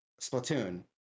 Splatoon